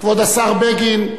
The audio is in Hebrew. כבוד השר בגין,